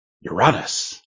Uranus